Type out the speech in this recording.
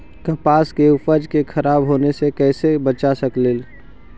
कपास के उपज के खराब होने से कैसे बचा सकेली?